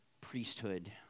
priesthood